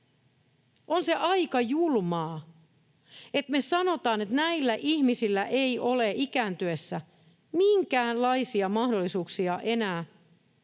On se aika julmaa, että me sanotaan, että näillä ihmisillä ei ole ikääntyessään enää minkäänlaisia mahdollisuuksia kohtuulliseen